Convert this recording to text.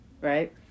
right